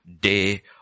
day